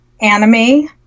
anime